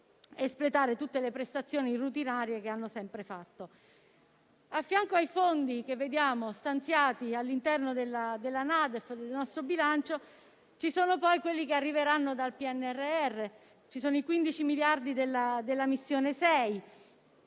espletare tutte le prestazioni routinarie che avevano sempre fatto. Di fianco ai fondi stanziati all'interno del nostro bilancio, ci sono poi quelli che arriveranno dal PNRR, come i 15 miliardi della missione 6: